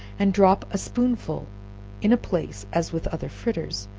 and drop a spoonful in a place as with other fritters,